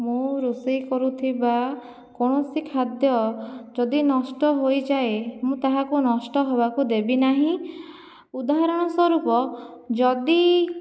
ମୁଁ ରୋଷେଇ କରୁଥିବା କୌଣସି ଖାଦ୍ୟ ଯଦି ନଷ୍ଟ ହୋଇଯାଏ ମୁଁ ତାହାକୁ ନଷ୍ଟ ହେବାକୁ ଦେବି ନାହିଁ ଉଦାହରଣ ସ୍ୱରୂପ ଯଦି